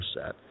set